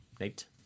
Nate